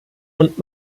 und